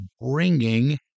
bringing